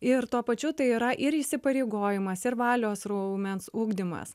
ir tuo pačiu tai yra ir įsipareigojimas ir valios raumens ugdymas